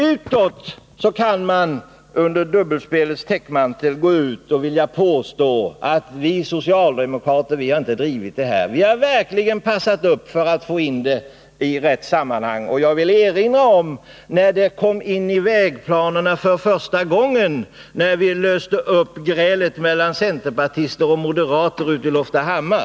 Utåt kan man dock under dubbelspelets täckmantel påstå att vi Nr 52 socialdemokrater inte har drivit denna fråga. Vi har verkligen hållit oss framme för att ta upp den i rätt sammanhang. Jag vill erinra om att första gången projektet kom in i vägplanerna var i samband med att vi löste upp grälet mellan centerpartister och moderater i Loftahammar.